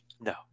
No